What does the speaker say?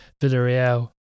Villarreal